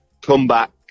comeback